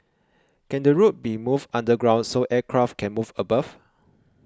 can the road be moved underground so aircraft can move above